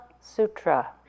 Sutra